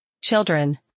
Children